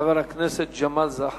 חבר הכנסת ג'מאל זחאלקה.